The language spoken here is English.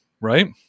right